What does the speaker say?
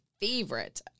favorite